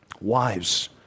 Wives